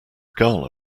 gala